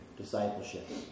discipleship